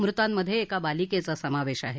मृतांमध्ये एका बालिकेचा समावेश आहे